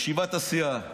בישיבת הסיעה --- היום.